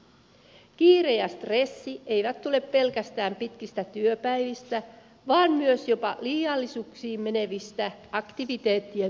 kiire ja stressi eivät tule pelkästään pitkistä työpäivistä vaan myös jopa liiallisuuksiin menevistä aktiviteettien tarjoamisista